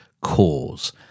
cause –